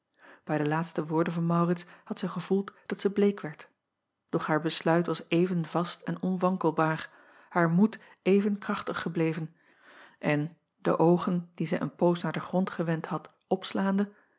ij de laatste woorden van aurits had zij gevoeld dat zij bleek werd doch haar besluit was even vast en onwankelbaar haar moed even krachtig gebleven en de oogen die zij een poos naar den grond gewend had opslaande